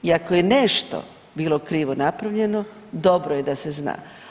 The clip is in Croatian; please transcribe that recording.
I ako je nešto bilo krivo napravljeno dobro je da se zna.